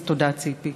אז תודה, ציפי.